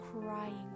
crying